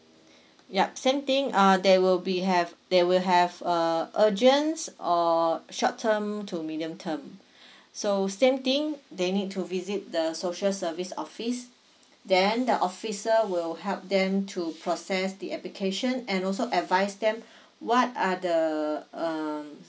yup same thing uh there will be have they will have uh urgent or short term to medium term so same thing they need to visit the social service office then the officer will help them to process the application and also advise them what are the um